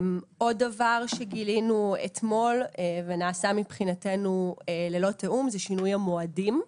עוד דבר שגילינו אתמול ונעשה מבחינתנו ללא תיאום זה שינוי המועדים.